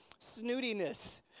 Snootiness